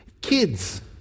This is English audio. Kids